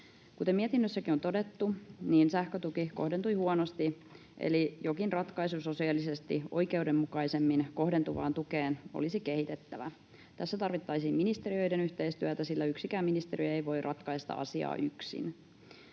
Kuten mietinnössäkin on todettu, sähkötuki kohdentui huonosti, eli jokin ratkaisu sosiaalisesti oikeudenmukaisemmin kohdentuvaan tukeen olisi kehitettävä. Tässä tarvittaisiin ministeriöiden yhteistyötä, sillä yksikään ministeriö ei voi ratkaista asiaa yksin.